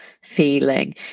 feeling